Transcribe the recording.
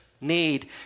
need